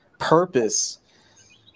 purpose